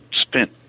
spent